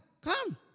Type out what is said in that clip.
come